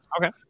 Okay